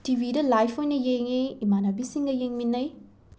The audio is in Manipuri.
ꯇꯤ ꯚꯤꯗ ꯂꯥꯏꯐ ꯑꯣꯏꯅ ꯌꯦꯡꯉꯤ ꯏꯃꯥꯟꯅꯕꯤꯁꯤꯡꯒ ꯌꯦꯡꯃꯤꯟꯅꯩ